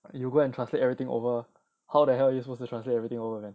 you go and translate everything over how the hell you supposed to translate everything over again